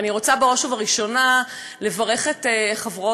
ואני רוצה בראש וראשונה לברך את חברות